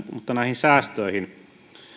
mutta näihin säästöihin